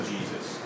Jesus